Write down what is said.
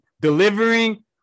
delivering